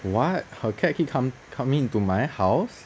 what her cat keep come coming into my house